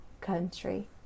country